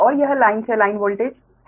और यह लाइन से लाइन वोल्टेज है